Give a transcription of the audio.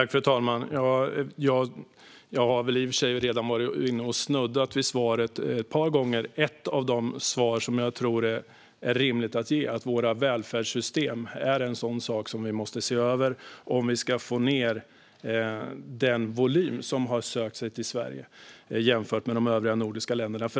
Fru talman! Jag har i och för sig redan varit inne och snuddat vid svaret ett par gånger. Ett av de svar som jag tror är rimligt att ge är att vi måste se över våra välfärdssystem om vi ska få ned den volym som söker sig till Sverige, jämfört med de övriga nordiska länderna.